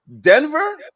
Denver